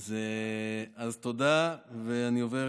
אז תודה, ואני עובר